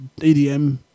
EDM